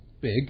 big